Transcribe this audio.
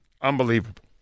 Unbelievable